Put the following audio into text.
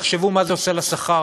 תחשבו מה זה עושה לשכר.